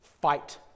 Fight